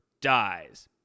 dies